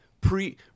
pre